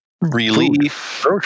relief